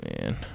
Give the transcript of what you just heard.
man